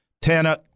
Tana